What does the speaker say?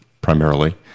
primarily